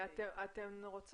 בנוגע